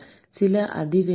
சில அதிவேக